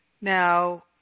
Now